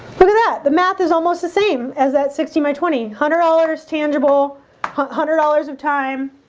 look at that. the math is almost the same as that sixty my twenty hundred dollars tangible hundred dollars of time